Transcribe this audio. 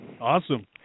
Awesome